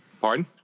Pardon